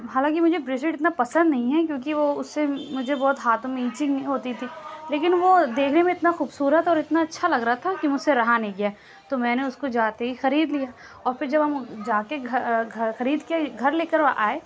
حالانکہ مجھے بریسلیٹ اتنا پسند نہیں ہے کیوں کہ وہ اُس سے مجھے بہت ہاتھوں میں ایچنگ ہوتی تھی لیکن وہ دیکھنے میں اتنا خوبصورت اور اتنا اچھا لگ رہا تھا کہ مجھ سے رہا نہیں گیا تو میں نے اُس کو جاتے ہی خرید لیا اور پھر جب ہم جا کے گھر خرید کے گھر لے کر آئے